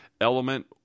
element